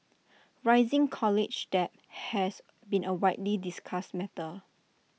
rising college debt has been A widely discussed matter